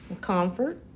Comfort